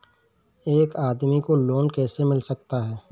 एक आदमी को लोन कैसे मिल सकता है?